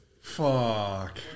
fuck